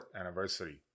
anniversary